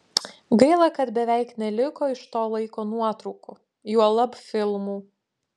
gaila kad beveik neliko iš to laiko nuotraukų juolab filmų